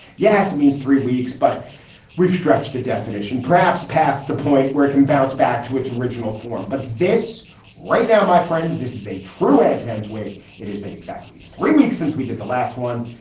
yes, it means three weeks, but we've stretched the definition perhaps past the point where it can bounce back to its original form. but this right now, my friends, this is a true antenna, twigg. it has been exactly three weeks since we did the last one.